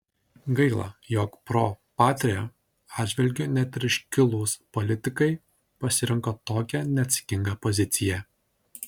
gaila jog pro patria atžvilgiu net ir iškilūs politikai pasirinko tokią neatsakingą poziciją